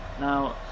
Now